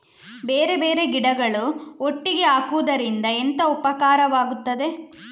ಬೇರೆ ಬೇರೆ ಗಿಡಗಳು ಒಟ್ಟಿಗೆ ಹಾಕುದರಿಂದ ಎಂತ ಉಪಕಾರವಾಗುತ್ತದೆ?